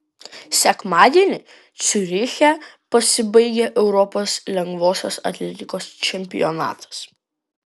sekmadienį ciuriche pasibaigė europos lengvosios atletikos čempionatas